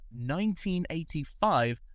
1985